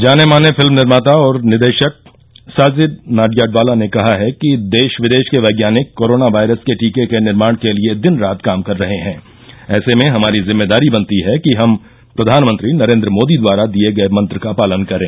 जाने माने फिल्म निर्माता और निदेशक साजिद नाडियाडवाला ने कहा है कि देश विदेश के वैज्ञानिक कोरोना वायरस के टीके के निर्माण के लिए दिन रात काम कर रहे हैं ऐसे में हमारी जिम्मेदारी बनती है कि हम प्रधानमंत्री नरेन्द्र मोदी द्वारा दिए गए मंत्र का पालन करें